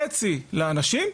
חצי לאנשים,